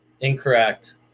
Incorrect